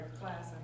class